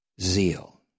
Zeal